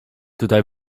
tutaj